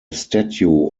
statue